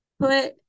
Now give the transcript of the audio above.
Put